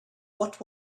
what